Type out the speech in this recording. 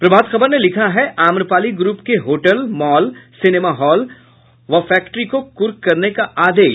प्रभात खबर ने लिखा है आम्रपाली ग्रुप के होटल मॉल सिनेमा हॉल व फैक्ट्री को कुर्क करने का आदेश